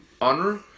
honor